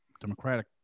Democratic